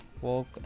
walk